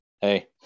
Hey